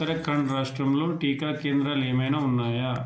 ఉత్తరాఖండ్ రాష్ట్రంలో టీకా కేంద్రాలు ఏమైనా ఉన్నాయా